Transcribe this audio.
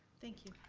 thank you.